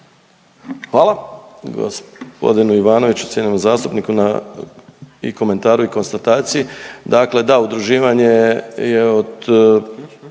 Hvala gospodinu Ivanoviću, cijenjenom zastupniku na i komentaru i konstataciji. Dakle, da udruživanje je od